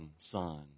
Son